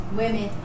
women